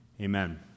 Amen